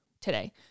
today